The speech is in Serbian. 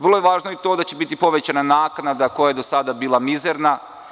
Važno je i to da će biti povećana naknada koja je do sada bila mizerna.